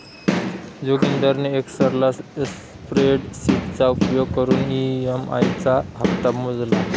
जोगिंदरने एक्सल स्प्रेडशीटचा उपयोग करून ई.एम.आई चा हप्ता मोजला